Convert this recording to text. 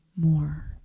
more